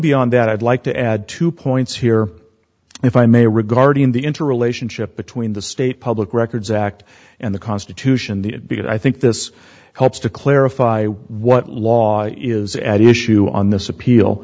that i'd like to add two points here if i may regarding the interrelationship between the state public records act and the constitution the because i think this helps to clarify what law is at issue on this appeal